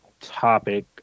topic